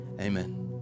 Amen